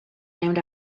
named